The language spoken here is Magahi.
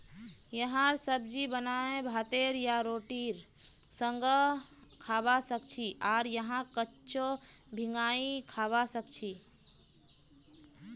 यहार सब्जी बनाए भातेर या रोटीर संगअ खाबा सखछी आर यहाक कच्चो भिंगाई खाबा सखछी